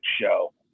show